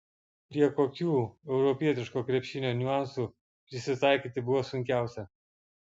prie kokių europietiško krepšinio niuansų prisitaikyti buvo sunkiausia